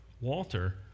Walter